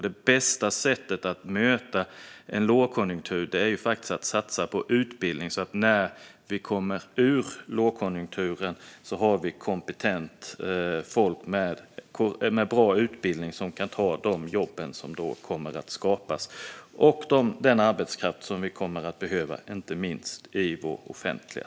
Det bästa sättet att möta en lågkonjunktur är faktiskt att satsa på utbildning, så att vi när vi kommer ut ur lågkonjunkturen har kompetent folk med bra utbildning som kan ta de jobb som då kommer att skapas. Det handlar inte minst om den arbetskraft som vi kommer att behöva i vår offentliga sektor.